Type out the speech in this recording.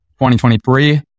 2023